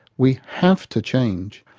we have to change.